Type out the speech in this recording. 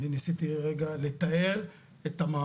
אני ניסיתי הרגע לתאר את המאמץ.